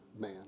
man